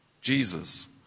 Jesus